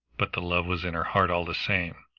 but the love was in her heart all the same,